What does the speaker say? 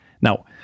Now